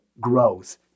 growth